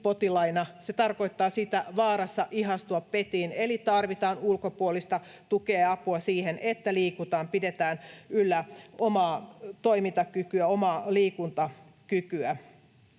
Se tarkoittaa ”vaarassa ihastua petiin”, eli tarvitaan ulkopuolista tukea ja apua siihen, että liikutaan ja pidetään yllä omaa toimintakykyä, omaa liikuntakykyä.